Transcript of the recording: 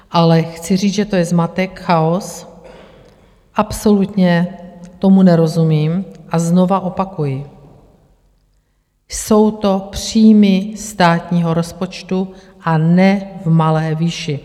Ale chci říct, že to je zmatek, chaos, absolutně tomu nerozumím a znovu opakuji: jsou to příjmy státního rozpočtu, a ne v malé výši.